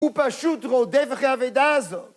הוא פשוט רודף אחרי האבידה הזו!